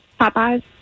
Popeyes